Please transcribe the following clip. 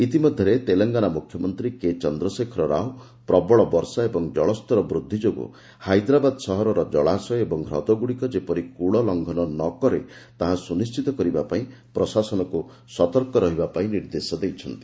ଇତିମଧ୍ୟରେ ତେଲେଙ୍ଗାନା ମୁଖ୍ୟମନ୍ତ୍ରୀ କେ ଚନ୍ଦ୍ରଶେଖରରାଓ ପ୍ରବଳବର୍ଷା ଓ ଜଳସ୍ତରବୃଦ୍ଧି ଯୋଗୁଁ ହାଇଦ୍ରାବାଦ ସହରର ଜଳାଶୟ ଓ ହ୍ରଦଗୁଡ଼ିକ ଯେପରି କ୍ୱଳଲଙ୍ଘନ ନକରେ ତାହା ସୁନିଣ୍ଟିତ କରିବା ପାଇଁ ପ୍ରଶାସନକୁ ସତର୍କ ରହିବା ପାଇଁ ନିର୍ଦ୍ଦେଶ ଦେଇଛନ୍ତି